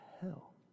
hell